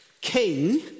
king